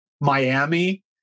Miami